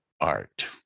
art